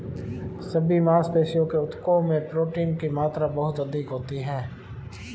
सभी मांसपेशियों के ऊतकों में प्रोटीन की मात्रा बहुत अधिक होती है